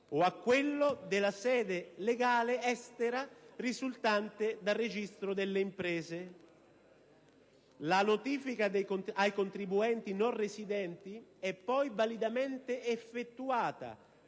o a quello della sede legale estera risultante dal registro delle imprese. La notifica ai contribuenti non residenti è poi validamente effettuata,